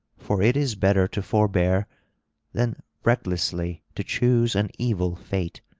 for it is better to forbear than recklessly to choose an evil fate.